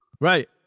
Right